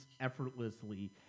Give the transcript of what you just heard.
effortlessly